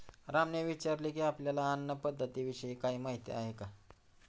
रामने विचारले की, आपल्याला अन्न पद्धतीविषयी काही माहित आहे का?